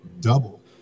double